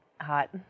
hot